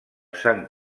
sant